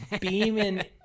beaming